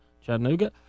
Chattanooga